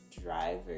driver